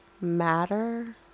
matter